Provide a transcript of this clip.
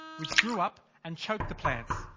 which grew up and choked the plants.